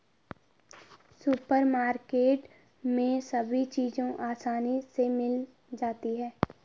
supermarket में सभी चीज़ें आसानी से मिल जाती है